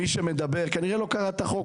מי שמדבר כנראה לא קרא את החוק,